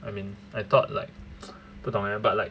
I mean I thought like 不懂 ya but like